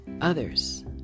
others